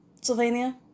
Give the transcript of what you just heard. Slovenia